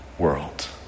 world